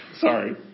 Sorry